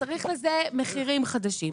וצריך לזה מחירים חדשים.